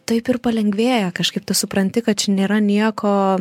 taip ir palengvėja kažkaip tu supranti kad čia nėra nieko